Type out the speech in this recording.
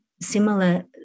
similar